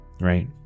right